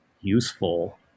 useful